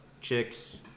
chicks